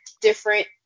different